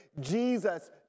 Jesus